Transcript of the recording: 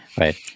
Right